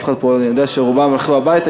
אני יודע שרובם הלכו הביתה,